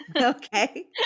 Okay